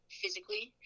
physically